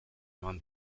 noan